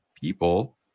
people